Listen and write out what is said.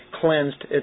cleansed